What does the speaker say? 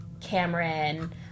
Cameron